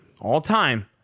All-time